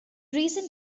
recent